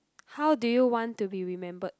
how do you want to be remembered